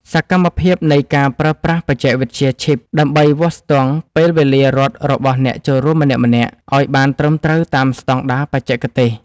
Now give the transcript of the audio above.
សកម្មភាពនៃការប្រើប្រាស់បច្ចេកវិទ្យាឈីប ដើម្បីវាស់ស្ទង់ពេលវេលារត់របស់អ្នកចូលរួមម្នាក់ៗឱ្យបានត្រឹមត្រូវតាមស្ដង់ដារបច្ចេកទេស។